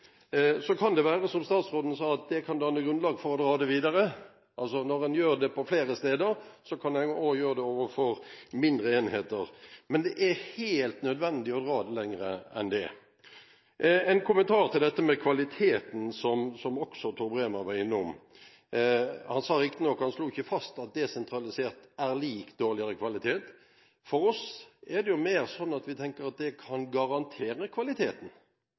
Så kan det være som statsråden sa, at det kan danne grunnlag for å dra det videre. Altså: Når en gjør det på flere steder, kan en også gjøre det overfor mindre enheter. Men det er helt nødvendig å dra det lenger enn det. En kommentar til dette med kvaliteten, som også Tor Bremer var innom. Han slo riktignok ikke fast at desentralisert er lik dårligere kvalitet – for oss er det mer sånn at vi tenker at det kan garantere kvaliteten.